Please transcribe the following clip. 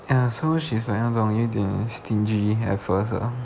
ya so she's like 那种有点 stingy at first ah